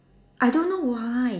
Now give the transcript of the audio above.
I don't know why